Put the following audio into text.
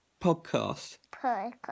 Podcast